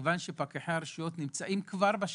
כיוון שפקחי הרשויות נמצאים כבר בשטח,